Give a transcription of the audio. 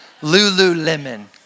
Lululemon